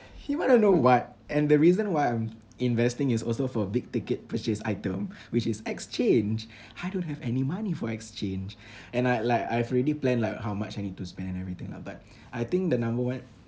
he want to know what and the reason why I'm investing is also for big ticket purchase item which is exchange I don't have any money for exchange and I like I've already planned like how much I need to spend and everything lah but I think the number one